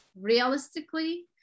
realistically